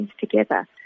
together